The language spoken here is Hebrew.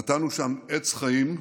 נטענו שם עץ חיים,